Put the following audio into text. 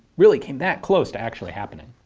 really came that close to actually happening.